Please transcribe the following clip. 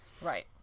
Right